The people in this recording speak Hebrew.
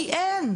כי אין.